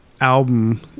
album